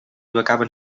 becaven